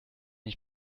ich